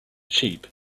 cheap